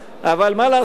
אבל מה לעשות?